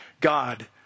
God